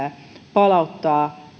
palauttaa